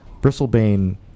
Bristlebane